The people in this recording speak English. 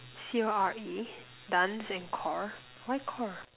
C_O_R_E dance and core why core